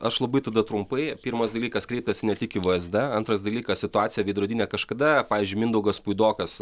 aš labai tada trumpai pirmas dalykas kreiptasi ne tik į vzd antras dalykas situacija veidrodinė kažkada pavyzdžiui mindaugas puidokas